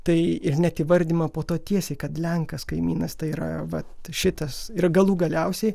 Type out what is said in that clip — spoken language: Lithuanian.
tai ir net įvardijama po to tiesiai kad lenkas kaimynas tai yra vat šitas ir galų galiausiai